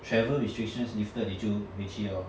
travel restrictions lifted 你就回去 hor